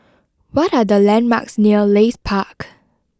what are the landmarks near Leith Park